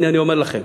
הנה, אני אומר לכם.